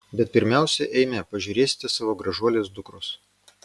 bet pirmiausia eime pažiūrėsite savo gražuolės dukros